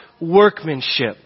workmanship